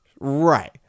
right